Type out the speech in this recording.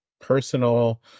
personal